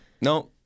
No